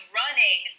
running